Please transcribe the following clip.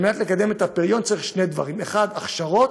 כדי לקדם את הפריון צריך שני דברים: 1. הכשרות,